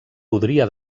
podria